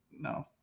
no